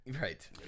Right